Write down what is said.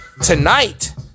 Tonight